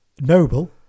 Noble